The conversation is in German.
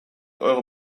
eure